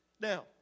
Now